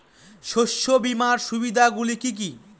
শস্য বীমার সুবিধা গুলি কি কি?